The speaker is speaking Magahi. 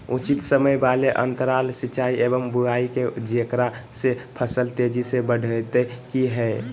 उचित समय वाले अंतराल सिंचाई एवं बुआई के जेकरा से फसल तेजी से बढ़तै कि हेय?